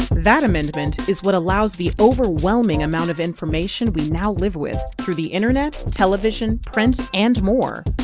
that amendment is what allows the overwhelming amount of information we now live with through the internet, television, print and more.